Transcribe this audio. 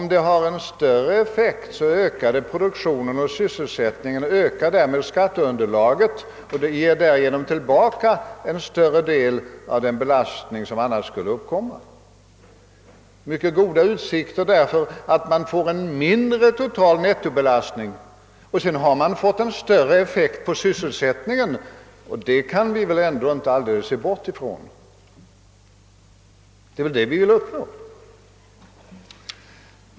Men om förslaget har större effekt och ökar produktion och sysselsättning mera, så ökas därmed också skatteunderlaget, och därigenom blir utsikterna mycket goda för att vi får en mindre total statsfinansiell nettobelastning. Vidare får vi en större effekt på sysselsättningen, vilket man väl ändå inte skall se bort ifrån. Det är ju just det vi vill uppnå!